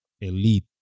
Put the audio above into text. elite